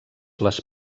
les